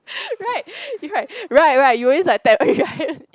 right right right right you always like tap with you hand